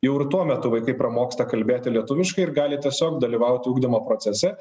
jau ir tuo metu vaikai pramoksta kalbėti lietuviškai ir gali tiesiog dalyvauti ugdymo procese